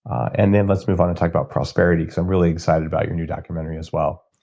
and then let's move on and talk about prosperity, because i'm really excited about your new documentary as well.